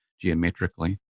geometrically